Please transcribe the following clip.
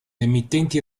emittenti